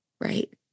right